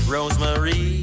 Rosemary